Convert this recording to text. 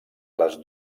les